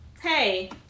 Hey